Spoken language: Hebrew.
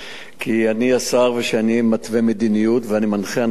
כי אני השר ואני מתווה מדיניות ואני מנחה הנחיות.